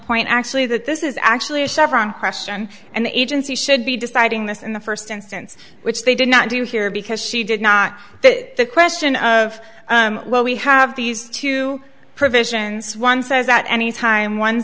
point actually that this is actually a chevron question and the agency should be deciding this in the first instance which they did not do here because she did not that the question of well we have these two provisions one says at any time one